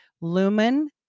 lumen